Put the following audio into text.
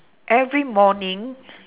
every morning